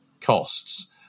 costs